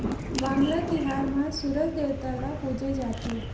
वांगला तिहार म सूरज देवता ल पूजे जाथे